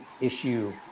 issue